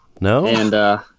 No